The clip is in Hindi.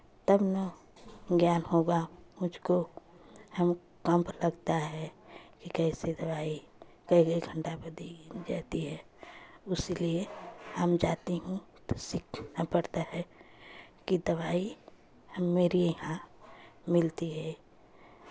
तब ना ज्ञान होगा मुझको हम कैंप लगता है कि कैसे दवाई कै कै घंटा पे दी देती है उस लिए हम जाती हूँ तो सीखना पड़ता है कि दवाई मेरे यहाँ मिलती है